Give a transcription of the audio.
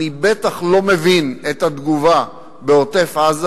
אני בטח לא מבין את התגובה בעוטף-עזה,